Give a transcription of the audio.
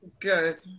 Good